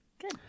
Good